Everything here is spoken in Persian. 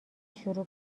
شروع